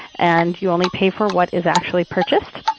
and you only pay for what is actually purchased.